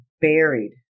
buried